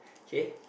K